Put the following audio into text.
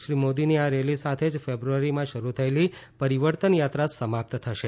શ્રી મોદીની આ રેલી સાથે જ ફેબ્રુઆરીમાં શરૂ થયેલી પરિવર્તન યાત્રા સમાપ્ત થશે